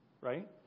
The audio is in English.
right